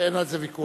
אין על זה ויכוח.